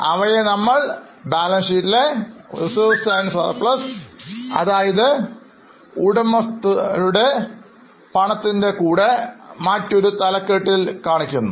അവയെ നമ്മൾ ബാലൻസ് ഷീറ്റിലെ റിസർവ് ആൻഡ് സർപ്ലസ് അതായത് ഉടമസ്ഥരുടെ പണത്തിൻറെ കൂടെ മറ്റൊരു തലക്കെട്ടിൽ ആയി കാണിക്കുന്നു